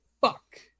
fuck